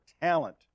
talent